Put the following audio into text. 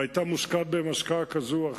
והיתה מושקעת בהם השקעה כזו או אחרת,